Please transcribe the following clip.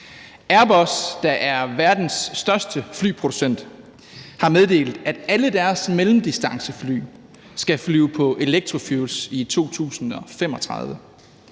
Airbus, der er verdens største flyproducent har meddelt, at alle deres mellemdistancefly skal flyve på elektrofuels i 2035.